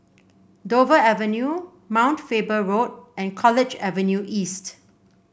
Dover Avenue Mount Faber Road and College Avenue East